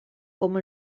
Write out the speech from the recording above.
com